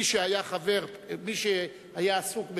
ומי שהיה עסוק,